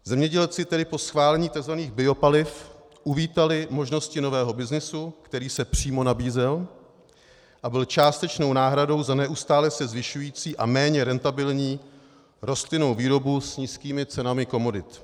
Zemědělci tedy po schválení tzv. biopaliv uvítali možnosti nového byznysu, který se přímo nabízel a byl částečnou náhradou za neustále se zvyšující a méně rentabilní rostlinnou výrobu s nízkými cenami komodit.